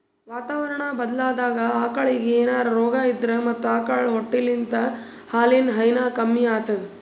ವಾತಾವರಣಾ ಬದ್ಲಾದಾಗ್ ಆಕಳಿಗ್ ಏನ್ರೆ ರೋಗಾ ಇದ್ರ ಮತ್ತ್ ಆಕಳ್ ಹೊಟ್ಟಲಿದ್ದಾಗ ಹಾಲಿನ್ ಹೈನಾ ಕಮ್ಮಿ ಆತದ್